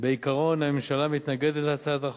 בעיקרון הממשלה מתנגדת להצעת החוק,